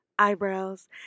eyebrows